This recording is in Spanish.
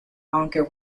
aunque